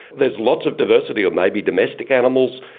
there's lots of diversity or maybe domestic animals,